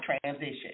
transition